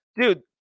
dude